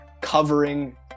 covering